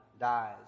dies